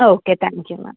okay thank you ma'am